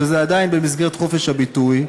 שזה עדיין במסגרת חופש הביטוי,